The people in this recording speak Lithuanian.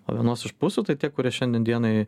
o vienos iš pusių tai tie kurie šiandien dienai